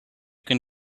can